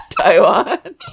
Taiwan